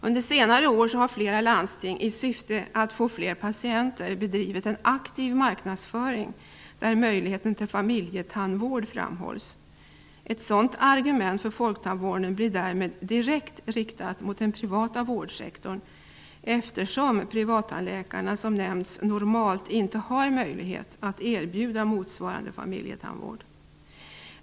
Under senare år har flera landsting, i syfte att få fler patienter, bedrivit en aktiv marknadsföring där möjligheten till familjetandvård framhålls. Ett sådant argument för folktandvården blir direkt riktat mot den privata vårdsektorn, eftersom privattandläkarna som nämnts normalt inte har möjlighet att erbjuda motsvarande familjetandvård.